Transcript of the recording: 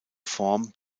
form